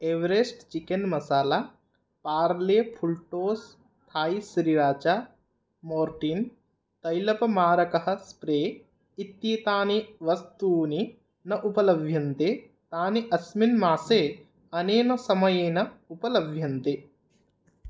Everest chicken masala Parle fulltoss है sriracha Mortein तैलपमारकः spray इत्येतानि वस्तूनि न उपलभ्यन्ते तानि अस्मिन् मासे अनेन समयेन उपलभ्यन्ते